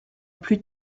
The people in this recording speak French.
plus